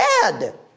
dead